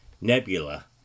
nebula